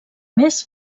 més